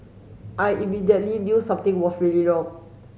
I immediately knew something was really wrong